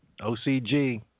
ocg